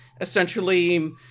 essentially